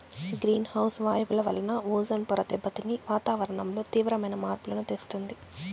green house వాయువుల వలన ozone పొర దెబ్బతిని వాతావరణంలో తీవ్రమైన మార్పులను తెస్తుంది